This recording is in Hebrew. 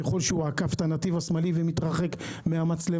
ככל שהוא עקף את הנתיב השמאלי ומתרחק מהמצלמה.